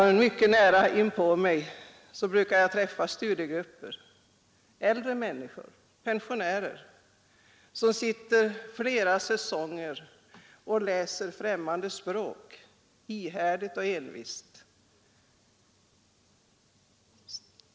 I min närmaste omgivning brukar jag träffa studiegrupper — äldre människor, pensionärer — som under flera säsonger sitter och läser främmande språk ihärdigt och envist.